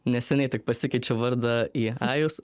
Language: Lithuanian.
neseniai tik pasikeičiau vardą į ajus